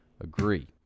agree